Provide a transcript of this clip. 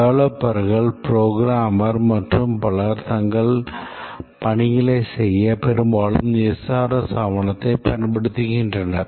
டெவலப்பர்கள் புரோகிராமர் மற்றும் பலர் தங்கள் பணிகளைச் செய்ய பெரும்பாலும் SRS ஆவணத்தைக் பயன்படுத்துகின்றனர்